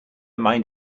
mind